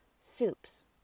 Soups